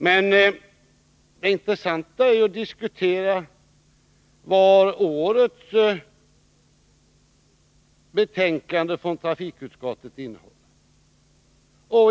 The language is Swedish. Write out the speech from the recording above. Men det intressanta är att diskutera vad årets betänkande från trafikutskottet innehåller.